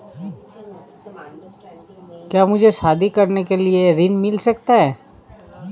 क्या मुझे शादी करने के लिए ऋण मिल सकता है?